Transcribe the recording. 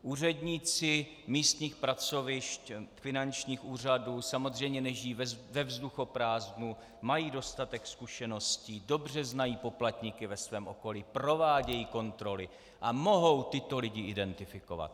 Úředníci místních pracovišť finančních úřadů samozřejmě nežijí ve vzduchoprázdnu, mají dostatek zkušeností, dobře znají poplatníky ve svém okolí, provádějí kontroly a mohou tyto lidi identifikovat.